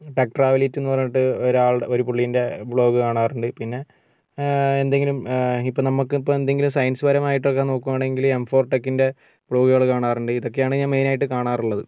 tech ട്രാവലേറ്റെന്ന് പറഞ്ഞിട്ട് ഒരാൾടെ ഒരു പുള്ളിൻ്റെ ബ്ലോഗ് കാണാറുണ്ട് പിന്നെ എന്തെങ്കിലും ഇപ്പോൾ നമുക്കിപ്പോൾ എന്തെങ്കിലും സയൻസ് പരമായിട്ടൊക്കെ നോക്കുവാണെങ്കിൽ എം ഫോർ ടെക്കിൻ്റെ ബ്ലോഗുകൾ കാണാറുണ്ട് ഇതൊക്കെയാണ് ഞാൻ മെയിനായിട്ട് കാണാറുള്ളത്